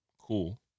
Cool